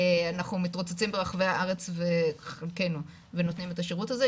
אנחנו מתרוצצים ברחבי הארץ ונותנים את השירות הזה,